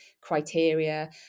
criteria